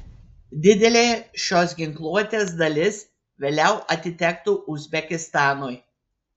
didelė šios ginkluotės dalis vėliau atitektų uzbekistanui